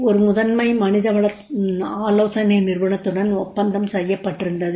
ஒரு முதன்மை மனிதவள ஆலோசனை நிறுவனத்துடன் ஒப்பந்தம் செய்யப்பட்டிருந்தது